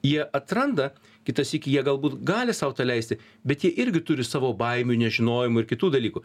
jie atranda kitą sykį jie galbūt gali sau tą leisti bet jie irgi turi savo baimių nežinojimų ir kitų dalykų